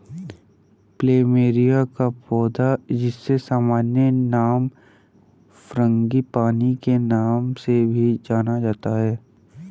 plumeria का पौधा, जिसे सामान्य नाम फ्रांगीपानी के नाम से भी जाना जाता है